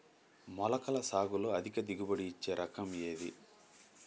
మొలకల సాగులో అధిక దిగుబడి ఇచ్చే రకం ఏది?